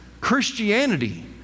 Christianity